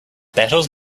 battles